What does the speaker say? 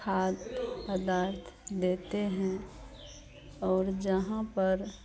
खाद पदार्थ देते हैं और जहाँ पर